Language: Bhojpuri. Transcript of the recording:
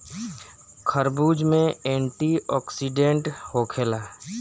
खरबूज में एंटीओक्सिडेंट होखेला